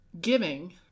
giving